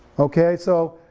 okay so